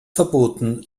verboten